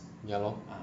ya lor